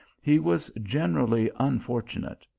he was generally un fortunate.